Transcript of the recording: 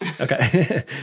Okay